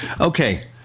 Okay